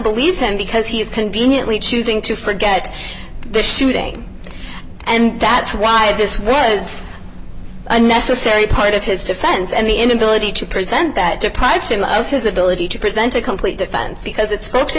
believe him because he's conveniently choosing to forget the shooting and that's why this was a necessary part of his defense and the inability to present that deprive him of his ability to present a complete defense because it spoke to